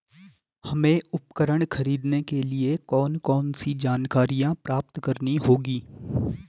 हमें उपकरण खरीदने के लिए कौन कौन सी जानकारियां प्राप्त करनी होगी?